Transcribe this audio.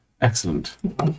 Excellent